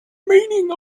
meaning